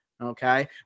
okay